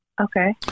okay